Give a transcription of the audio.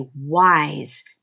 wise